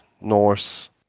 Norse